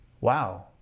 Wow